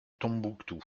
tombouctou